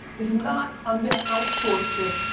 this is not, i'm gonna outsource this.